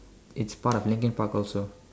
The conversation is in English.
it's part of Linkin-Park also